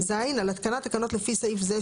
"(ז) התקנת תקנות לפי סעיף זה,